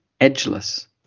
edgeless